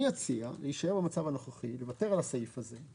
אני אציע להישאר במצב הנוכחי, לוותר על הסעיף הזה.